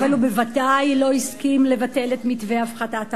אבל הוא בוודאי לא הסכים לבטל את מתווה הפחתת המס,